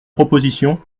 proposition